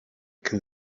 can